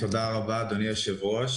תודה, אדוני היושב-ראש,